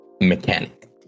mechanic